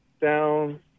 down